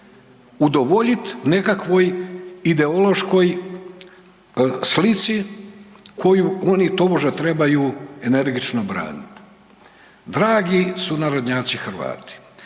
Udovoljit nekakvoj ideološkoj slici koju oni tobože trebaju energično braniti. Dragi sunarodnjaci Hrvati,